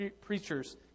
preachers